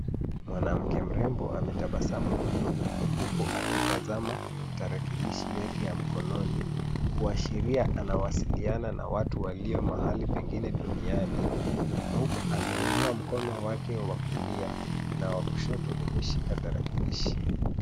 Mwanamke mrembo ametabasamu mno huku akitazama tarakilishi yake ya mkononi kuashiria anawasiliana na watu walio mahali pengine duniani. Ameinua mkono wake wa kulia na wa kushoto umeshika tarakilishi.